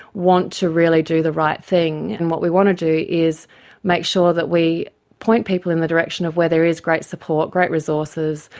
want to really do the right thing. and what we want to do is make sure that we point people in the direction of where there is great support, great resources,